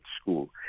school